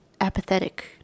apathetic